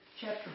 chapter